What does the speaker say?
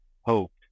hoped